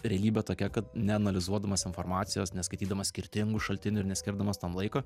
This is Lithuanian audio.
realybė tokia kad neanalizuodamas informacijos neskaitydamas skirtingų šaltinių ir neskirdamas tam laiko